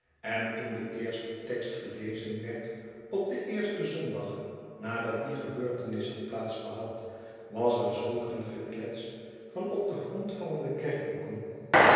en toen de eerste tekst gelezen werd op den eersten zondag nadat die gebeurtenis had plaats gehad was er zulk een geklets van op den grond vallende kerkboeken